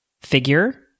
figure